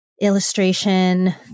illustration